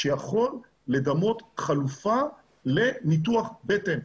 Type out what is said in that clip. שיכול לדמות חלופה לניתוח בטן.